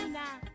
now